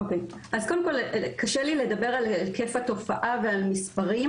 אז קודם כל קשה לי לדבר על היקף התופעה ועל מספרים.